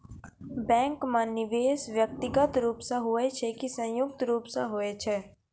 Bank माई निवेश व्यक्तिगत रूप से हुए छै की संयुक्त रूप से होय छै?